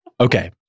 Okay